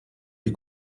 die